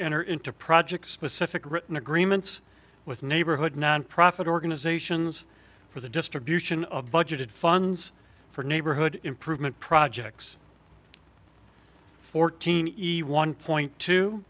enter into projects specific written agreements with neighborhood nonprofit organizations for the distribution of budgeted funds for neighborhood improvement projects fourteen easy one point t